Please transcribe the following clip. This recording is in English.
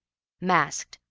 masked,